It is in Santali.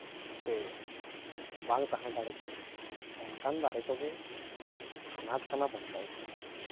ᱛᱮ ᱵᱟᱝ ᱛᱟᱦᱮᱸ ᱫᱟᱲᱮ ᱠᱮᱭᱟ ᱚᱱᱠᱟᱱ ᱫᱟᱨᱮ ᱠᱚᱜᱮ ᱟᱱᱟᱴ ᱠᱟᱱᱟ ᱵᱟᱧᱪᱟᱣ ᱫᱚ